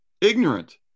ignorant